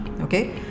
Okay